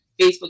Facebook